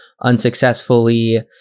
unsuccessfully